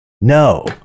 no